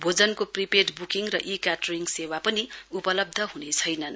भोजनको prepaid booking र e catering सेवा पनि उपलब्ध हने छैनन्